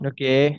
Okay